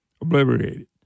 obliterated